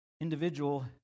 individual